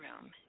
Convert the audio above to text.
room